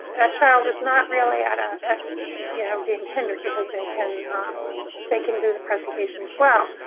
that child is not really at ah at you know, being hindered, because they can they can do the presentation as well.